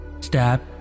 Step